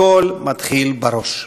הכול מתחיל בראש.